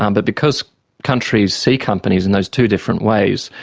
um but because countries see companies in those two different ways,